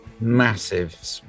Massive